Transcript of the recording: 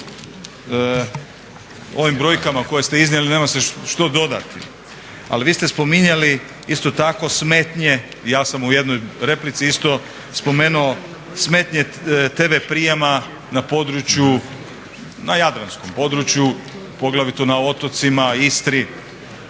ovim brojkama koje ste iznijeli nema se što dodati, ali vi ste spominjali isto tako smetnje i ja sam u jednoj replici isto spomenuo smetnje TV prijema na području, na jadranskom području poglavito na otocima, Istri.